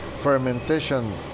fermentation